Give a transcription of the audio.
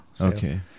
Okay